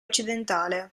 occidentale